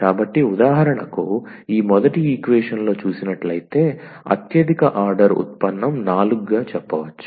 కాబట్టి ఉదాహరణకు ఈ మొదటి ఈక్వేషన్ లో చూసినట్లైతే అత్యధిక ఆర్డర్ ఉత్పన్నం 4 గా చెప్పవచ్చు